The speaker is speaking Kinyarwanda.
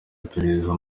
iperereza